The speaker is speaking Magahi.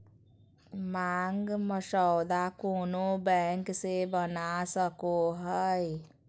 मांग मसौदा कोनो बैंक से बना सको हइ